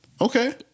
okay